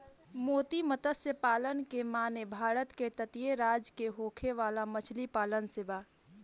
मोती मतस्य पालन के माने भारत के तटीय राज्य में होखे वाला मछली पालन से बा